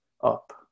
up